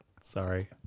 sorry